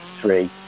three